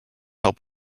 help